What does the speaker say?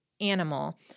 animal